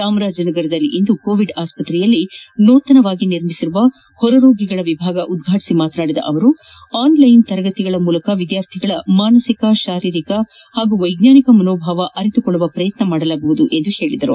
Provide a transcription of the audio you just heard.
ಚಾಮರಾಜನಗರದಲ್ಲಿಂದು Covid ಆಸ್ತ್ರೆಯಲ್ಲಿ ನೂತನವಾಗಿ ನಿರ್ಮಿಸಿರುವ ಹೊರ ರೋಗಿಗಳ ಎಭಾಗ ಉದ್ಘಾಟಿಸಿ ಮಾತನಾಡಿದ ಅವರು ಆನ್ಲೈನ್ ತರಗತಿಗಳ ಮೂಲಕ ವಿದ್ವಾರ್ಥಿಗಳ ಮಾನಸಿಕ ಶಾರೀರಿಕ ಪಾಗೂ ವೈಜ್ಞಾನಿಕ ಮನೋಭಾವ ಅರಿಹುಕೊಳ್ಳುವ ಪ್ರಯತ್ನ ಮಾಡಲಾಗುವುದು ಎಂದು ಪೇಳಿದರು